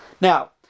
now